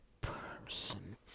person